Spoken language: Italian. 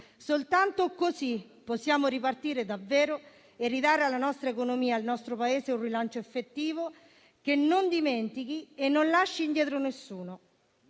Soltanto così possiamo ripartire davvero e ridare alla nostra economia e al nostro Paese un rilancio effettivo che non dimentichi e non lasci indietro nessuno.